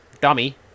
Dummy